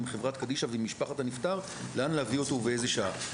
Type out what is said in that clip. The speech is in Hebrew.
חברת "קדישא" ועם משפחת הנפטר לאן להביא אותו ובאיזו שעה.